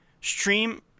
stream